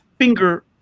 finger